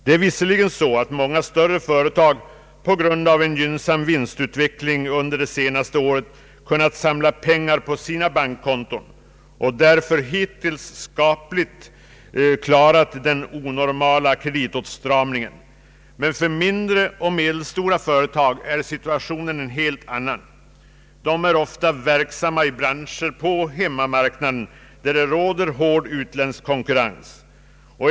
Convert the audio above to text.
Det är visserligen så att många större företag på grund av en gynnsam vinstutveckling under det senaste året kunnat samla pengar på sina bankkonton och därför hittills skapligt klarat den onormala kreditåtstramningen, men för mindre och medelstora företag är situationen en helt annan. De är ofta verksamma i branscher på hemmamarknaden där det råder hård utländsk konkurrens.